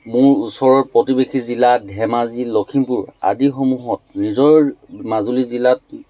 মোৰ ওচৰৰ প্ৰতিবেশী জিলা ধেমাজি লখিমপুৰ আদিসমূহত নিজৰ মাজুলী জিলাত